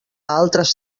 altres